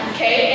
Okay